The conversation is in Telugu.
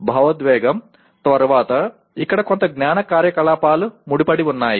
భావోద్వేగం తర్వాత ఇక్కడ కొంత జ్ఞాన కార్యకలాపాలు ముడిపడివున్నాయి